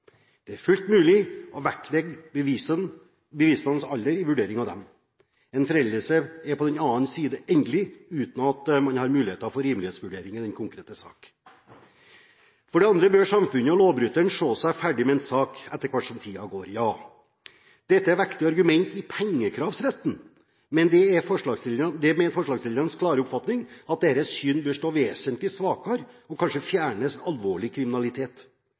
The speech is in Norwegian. Det er fullt mulig å vektlegge bevisenes alder i vurderingen av dem. En foreldelse er på den annen side endelig uten at man har muligheter for rimelighetsvurderinger i den konkrete sak. For det andre bør samfunnet og lovbryteren se seg ferdig med en sak etter som tiden går. Dette er vektige argumenter i pengekravsretten, men det er forslagsstillernes klare oppfatning at deres syn bør stå vesentlig svakere og kanskje fjernes ved alvorlig kriminalitet.